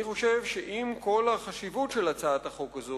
אני חושב שעם כל החשיבות של הצעת החוק הזאת,